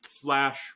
Flash